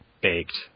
baked